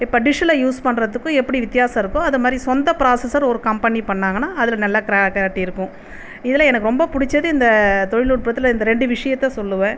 இப்ப டிஷ்ஷில் யூஸ் பண்றதுக்கும் எப்படி வித்தியாசம் இருக்கோ அதை மாதிரி சொந்த ப்ராஸசர் ஒரு கம்பனி பண்ணாங்கன்னா அதில் நல்லா கிரா கிளாரிட்டி இருக்கும் இதில் எனக்கு ரொம்ப பிடிச்சது இந்த தொழிநுட்பத்தில் இந்த ரெண்டு விஷயத்தை சொல்லுவேன்